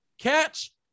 catch